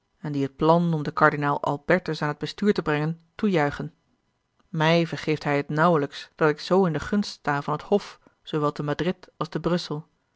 en die het plan om den kardinaal albertus aan t bestuur te brengen toejuichen mij vergeeft hij het nauwelijks dat ik zoo in de gunst sta van het hof zoowel te madrid als te brussel